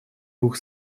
двух